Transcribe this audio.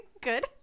Good